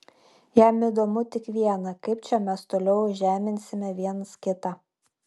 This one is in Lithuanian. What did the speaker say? jam įdomu tik viena kaip čia mes toliau žeminsime viens kitą